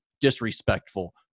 disrespectful